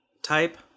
type